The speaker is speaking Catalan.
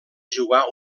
jugar